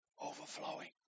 overflowing